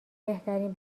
بهترین